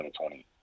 2020